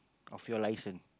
of your license